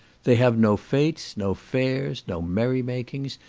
they have no fetes, no fairs, no merry makings,